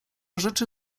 rzeczy